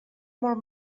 molt